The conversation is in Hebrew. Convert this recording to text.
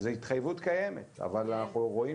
זו התחייבות קיימת אבל אנחנו רואים